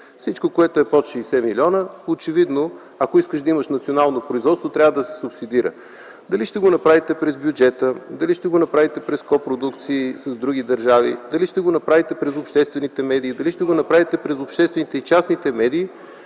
Всички, които са под 60 милиона, ако искат да имат национално производство, трябва да го субсидират. Дали ще го направите чрез бюджета, дали чрез коопродукции с други държави, дали чрез обществените медии, дали ще го направите чрез обществените и частните медии